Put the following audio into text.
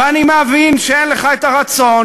ואני מבין שאין לך את הרצון